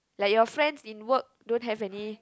like your friends in work don't have any